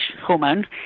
hormone